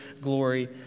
glory